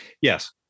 Yes